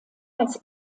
als